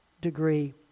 degree